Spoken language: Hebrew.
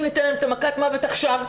אם ניתן להם את מכת המוות עכשיו,